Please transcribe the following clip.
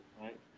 Right